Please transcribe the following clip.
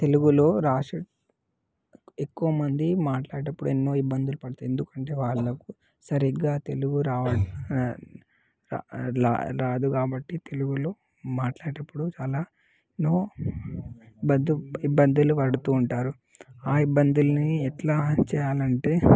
తెలుగులో రాసే ఎక్కువమంది మాట్లాడేటప్పుడు ఎన్నో ఇబ్బందులు పడతారు ఎందుకంటే వాళ్ళకు సరిగా తెలుగు రా రాదు కాబట్టి తెలుగులో మాట్లాడేటప్పుడు చాలా ఎన్నో బద్దు ఇబ్బందులు పడుతు ఉంటారు ఆ ఇబ్బందులని ఎట్లా చేయాలంటే